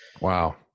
Wow